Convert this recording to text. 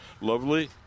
lovely